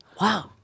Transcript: Wow